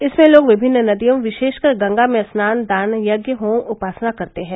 इसमें लोग विभिन्न नदियों विशेषकर गंगा में स्नान दान यज्ञ होम उपासना करते है